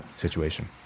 situation